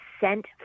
sent